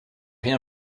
rien